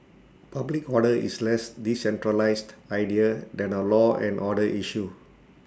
public order is less decentralised idea than A law and order issue